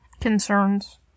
Concerns